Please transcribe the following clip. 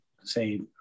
say